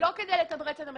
לא כדי לתמרץ את המחוקק,